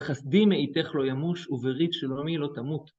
חסדי מאיתך לא ימוש, וברית שלומי לא תמוט.